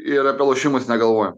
ir apie lošimus negalvoju